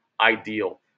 ideal